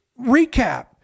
recap